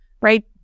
right